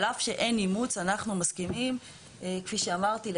על אף שאין אימוץ אנחנו מסכימים כפי שאמרתי,